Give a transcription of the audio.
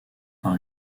par